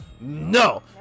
no